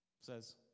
says